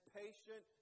patient